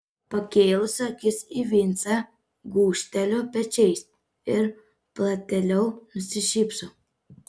pakėlusi akis į vincą gūžteliu pečiais ir platėliau nusišypsau